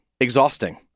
exhausting